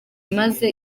imaze